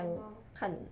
mm lor